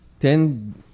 Ten